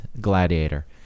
gladiator